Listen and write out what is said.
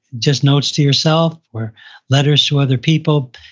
just notes to yourself, or letters to other people.